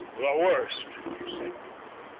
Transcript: the worst! said doom.